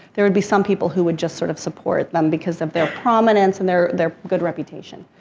there would be some people who would just sort of support them, because of their prominence and their, their good reputation.